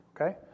Okay